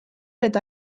eta